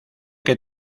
que